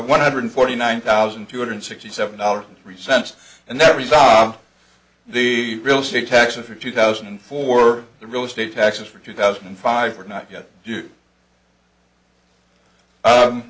one hundred forty nine thousand two hundred sixty seven dollars three cents and that resolved the real estate taxes for two thousand and four the real estate taxes for two thousand and five are not yet d